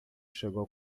chegou